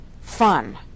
fun